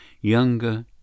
younger